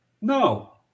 No